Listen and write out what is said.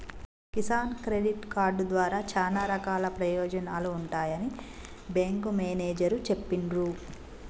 Kisan credit card ద్వారా చానా రకాల ప్రయోజనాలు ఉంటాయని బేంకు మేనేజరు చెప్పిన్రు